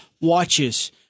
watches